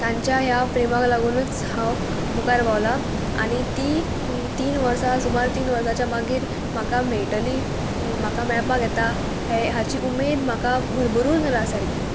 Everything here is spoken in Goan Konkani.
तांच्या ह्या प्रेमाक लागुनूच हांव मुखार पावलां आनी तीं तीन वर्सां सुमार तीन वर्साच्या मागीर म्हाका मेयटली म्हाका मेळपाक येता हे हाची उमेद म्हाका भरभरूय जाला सारकी